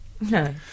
No